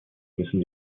müssen